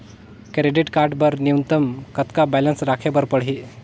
Credit card बर न्यूनतम कतका बैलेंस राखे बर पड़ही?